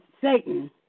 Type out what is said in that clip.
Satan